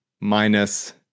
minus